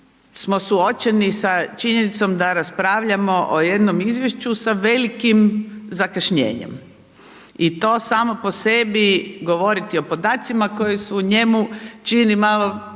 smo suočeni sa činjenicom da raspravljamo o jednom izvješću sa velikim zakašnjenjem i to samo po sebi govoriti o podacima koji su u njemu, čini malo